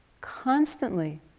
Constantly